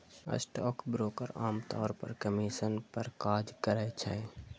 stockbroker आम तौर पर कमीशन पर काज करै छै